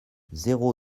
zéro